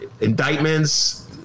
indictments